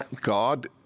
God